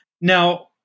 Now